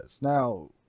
Now